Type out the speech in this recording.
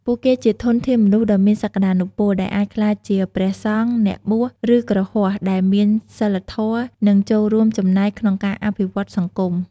ពួកគេជាធនធានមនុស្សដ៏មានសក្ដានុពល ដែលអាចក្លាយជាព្រះសង្ឃ អ្នកបួស ឬគ្រហស្ថដែលមានសីលធម៌ និងចូលរួមចំណែកក្នុងការអភិវឌ្ឍសង្គម។